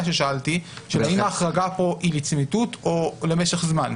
ששאלתי: האם ההחרגה פה היא לצמיתות או למשך זמן.